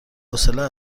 حوصله